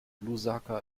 lusaka